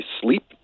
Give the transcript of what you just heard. sleep